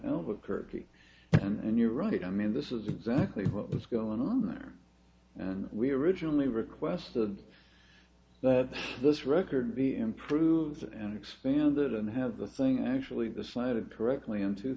albuquerque and you're right i mean this is exactly what was going on there and we originally requested that this record be improved and expanded and have the thing actually decided correctly in two